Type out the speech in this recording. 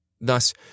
Thus